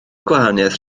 gwahaniaeth